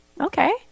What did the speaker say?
Okay